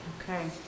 Okay